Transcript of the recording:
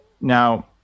Now